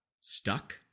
stuck